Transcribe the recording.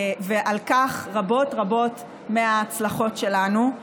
ועל כך יעידו רבות רבות מההצלחות שלנו.